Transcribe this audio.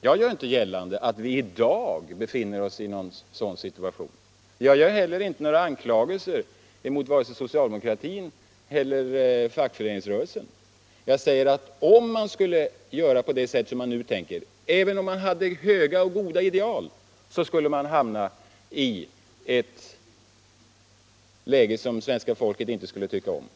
Jag gör inte gällande att vi i dag befinner oss i en sådan situation. — Statsföretag AB, Jag kommer inte heller med några anklagelser mot vare sig socialde = m.m. mokratin eller fackföreningsrörelsen. Jag säger att om man gör på det sält som ni nu tänker, så hamnar man, även om man har höga och goda ideal, i ett läge som svenska folket inte skulle tycka om.